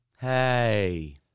hey